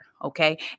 Okay